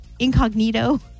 Incognito